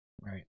Right